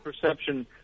perception